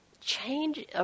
change